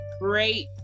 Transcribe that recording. Great